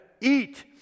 eat